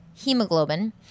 hemoglobin